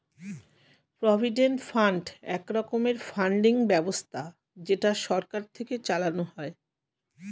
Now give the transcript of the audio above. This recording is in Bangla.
প্রভিডেন্ট ফান্ড এক রকমের ফান্ডিং ব্যবস্থা যেটা সরকার থেকে চালানো হয়